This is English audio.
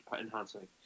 enhancing